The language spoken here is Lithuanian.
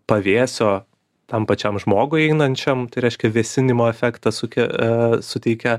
pavėsio tam pačiam žmogui einančiam tai reiškia vėsinimo efektą suke suteikia